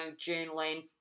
journaling